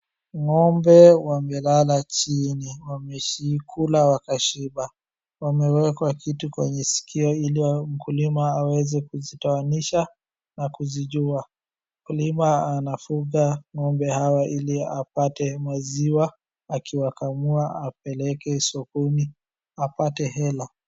Ng'ombe wamelala chini wamekula wamekula wakashiba. Wamewekwa kitu kwenye sikio ili mkulima aweze kuzitoanisha na kuzijua. Mkulima anafuga ng'ombe hawa ili apate maziwa akiwakamua apeleke sokoni apate hela.